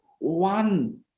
One